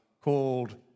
called